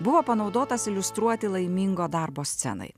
buvo panaudotas iliustruoti laimingo darbo scenai